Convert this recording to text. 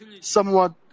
somewhat